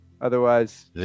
Otherwise